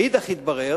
מאידך התברר